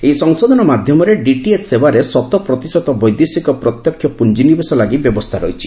ଏହି ସଂଶୋଧନ ମାଧ୍ୟମରେ ଡିଟିଏଚ୍ ସେବାରେ ଶତପ୍ରତିଶତ ବୈଦେଶିକ ପ୍ରତ୍ୟକ୍ଷ ପୁଞ୍ଜିନିବେଶ ଲାଗି ବ୍ୟବସ୍ଥା ରହିଛି